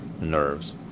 nerves